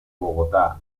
bogotá